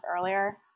earlier